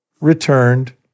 returned